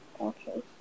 Okay